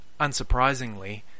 unsurprisingly